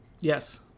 yes